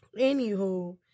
Anywho